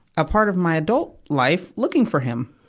a part of my adult life looking for him.